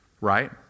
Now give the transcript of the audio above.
right